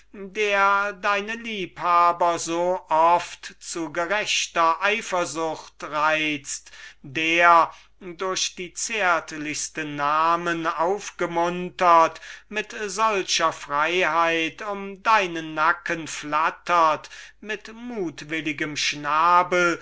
der deine liebhaber so oft zu einer gerechten eifersucht reizt der durch die zärtlichsten namen aufgemuntert mit solcher freiheit um deinen nacken flattert oder mit mutwilligem schnabel